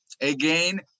Again